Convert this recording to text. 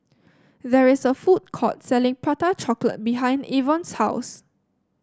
there is a food court selling Prata Chocolate behind Avon's house